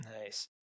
Nice